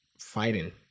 fighting